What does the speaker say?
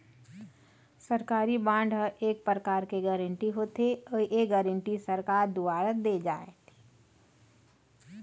सरकारी बांड ह एक परकार के गारंटी होथे, अउ ये गारंटी सरकार दुवार देय जाथे